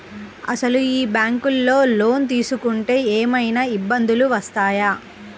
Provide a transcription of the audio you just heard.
అసలు ఈ బ్యాంక్లో లోన్ తీసుకుంటే ఏమయినా ఇబ్బందులు వస్తాయా?